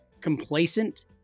complacent